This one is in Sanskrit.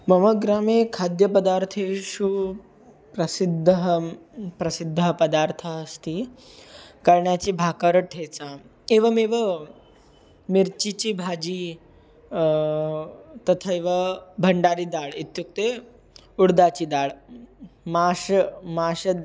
मम ग्रामे खाद्यपदार्थेषु प्रसिद्धः प्रसिद्धः पदार्थः अस्ति कर्णाचि भाकार ठेचां एवमेव मिर्चि चि भाजी तथैवा भण्डारि दाळ् इत्युक्ते उर्दाचि दाळ् माश् माषद्